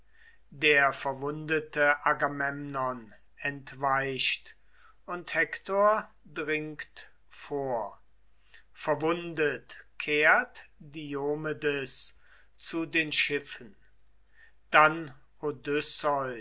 der verwundete agamemnon entweicht und hektor dringt vor verwundet kehrt diomedes zu den schiffen dann